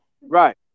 Right